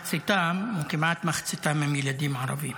כמעט מחציתם הם ילדים ערבים,